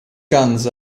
guns